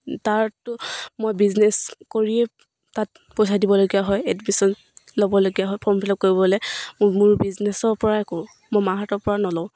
তাতো মই বিজনেছ কৰিয়েই তাত পইচা দিবলগীয়া হয় এডমিশ্যন ল'বলগীয়া হয় ফৰ্ম ফিলাপ কৰিবলৈ মোৰ মোৰ বিজনেচৰ পৰাই কৰোঁ মই মাহঁতৰ পৰা নলওঁ